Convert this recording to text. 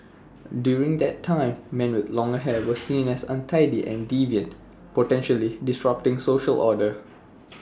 during that time men with long hair were seen as untidy and deviant potentially disrupting social order